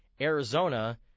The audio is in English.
Arizona